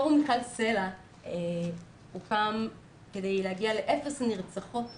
פורום מיכל סלה הוקם כדי להגיע לאפס נרצחות בשנה,